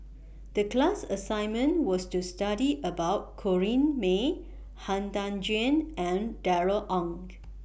The class assignment was to study about Corrinne May Han Tan Juan and Darrell Ang